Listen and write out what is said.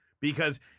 Because-